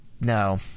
no